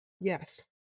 yes